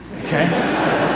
Okay